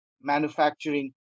manufacturing